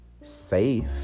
safe